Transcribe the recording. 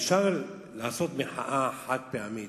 אפשר לעשות מחאה חד-פעמית,